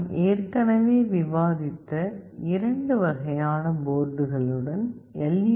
நான் ஏற்கனவே விவாதித்த இரண்டு வகையான போர்டுகளுடன் எல்